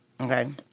Okay